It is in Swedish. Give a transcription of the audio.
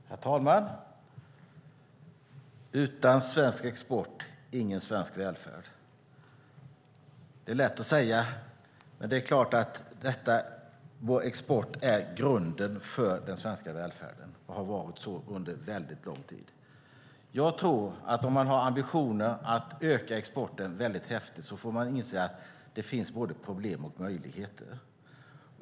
Herr talman! Utan svensk export, ingen svensk välfärd. Det är lätt att säga, men vår export är grunden för den svenska välfärden och har varit så under lång tid. Om man har ambitioner att öka exporten kraftigt tror jag att man får inse att det finns både problem och möjligheter.